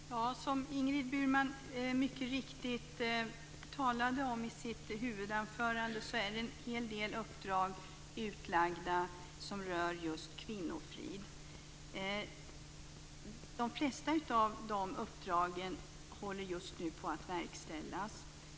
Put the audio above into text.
Fru talman! Som Ingrid Burman mycket riktigt talade om i sitt huvudanförande finns en hel del uppdrag utlagda som rör just kvinnofrid. De flesta av de uppdragen håller just nu på att verkställas.